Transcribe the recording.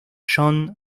john